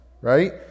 right